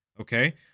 okay